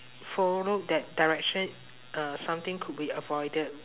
followed that direction uh something could be avoided